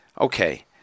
okay